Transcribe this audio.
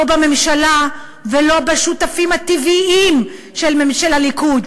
לא בממשלה ולא בשותפים הטבעיים של הליכוד,